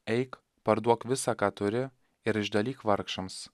eik parduok visa ką turi ir išdalyk vargšams